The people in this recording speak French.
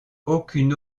aucune